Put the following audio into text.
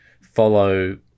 follow